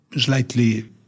slightly